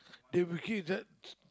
they will keep that